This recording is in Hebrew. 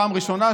פעם ראשונה,